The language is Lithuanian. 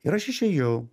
ir aš išėjau